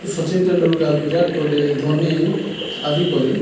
শচীন তেণ্ডুলকাৰ বিৰাট কোহলি ধনী আদি কৰি